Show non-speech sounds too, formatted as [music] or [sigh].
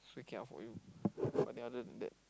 suay kia for you [noise] but then other than